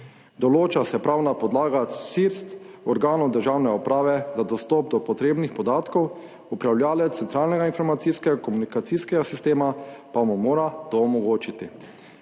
Določa se pravna podlaga CSIRT organov državne uprave za dostop do potrebnih podatkov, upravljavec centralnega informacijsko-komunikacijskega sistema pa mu mora to omogočiti.